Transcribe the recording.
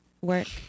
Work